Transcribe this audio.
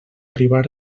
arribar